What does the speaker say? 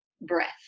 breath